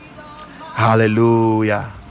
hallelujah